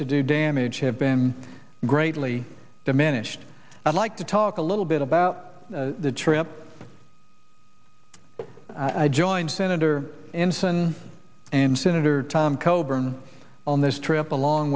to do damage have been greatly diminished i'd like to talk a little bit about the trip i joined senator ensign and senator tom coburn on this trip along